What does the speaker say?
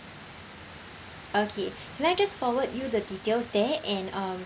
okay can I just forward you the details there and um